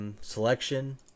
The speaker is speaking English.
selection